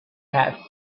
pat